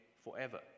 forever